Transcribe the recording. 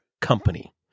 company